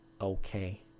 Okay